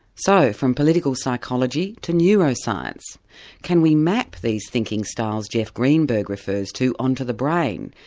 so from political psychology to neuroscience can we map these thinking styles jeff greenberg refers to onto the brain?